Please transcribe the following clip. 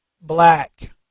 black